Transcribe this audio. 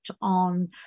on